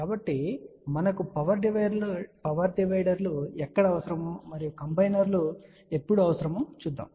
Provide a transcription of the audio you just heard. కాబట్టి మనకు పవర్ డివైడర్లు ఎక్కడ అవసరమో మరియు కంబైనర్లు ఎప్పుడు అవసరమో చూద్దాం